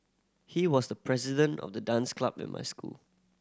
he was the president of the dance club in my school